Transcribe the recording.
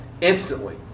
Instantly